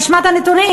תשמע את הנתונים.